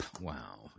wow